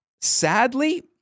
Sadly